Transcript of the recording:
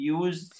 use